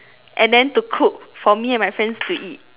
and then to cook for me and my friends to eat